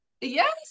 Yes